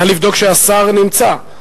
נא לבדוק שהשר נמצא.